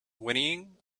whinnying